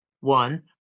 One